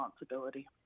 responsibility